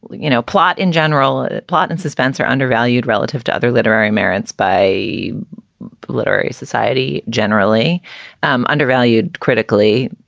you know, plot in general plot and suspense are undervalued relative to other literary merits by a literary society, generally um undervalued critically.